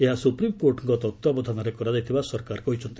ଏହା ସୁପ୍ରିମ୍କୋର୍ଟଙ୍କ ତତ୍ତ୍ୱାବଧାନରେ କରାଯାଇଥିବା ସରକାର କହିଛନ୍ତି